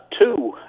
two